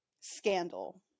Scandal